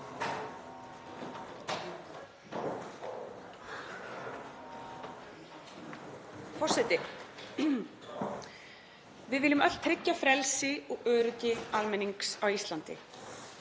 forseti. Við viljum öll tryggja frelsi og öryggi almennings á Íslandi.